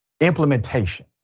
Implementation